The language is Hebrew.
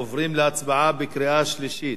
עוברים להצבעה בקריאה שלישית.